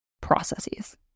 processes